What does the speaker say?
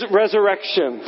resurrection